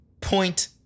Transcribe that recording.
point